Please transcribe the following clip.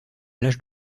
l’âge